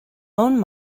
own